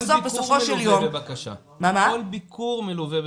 כל ביקור מלווה בבקשה.